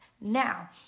Now